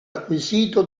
acquisito